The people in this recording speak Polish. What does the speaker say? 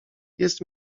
jest